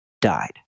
died